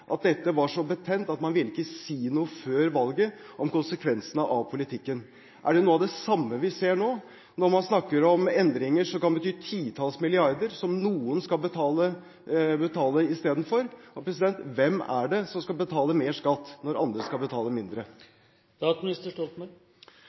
at dette var så betent at man ikke ville si noe før valget om konsekvensene av politikken. Er det noe av det samme vi ser nå, når man snakker om endringer som kan bety titalls milliarder som «noen» skal betale? Hvem er det som skal betale mer skatt, når andre skal betale mindre?